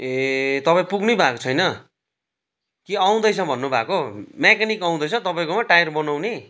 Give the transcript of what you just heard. ए तपाईँ पुग्नै भाएको छैन कि औउँदैछ भन्नु भएको मेकानिक आउँदैछ तपाईँकोमा टाइर बनउने